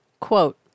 Quote